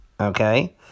okay